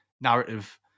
narrative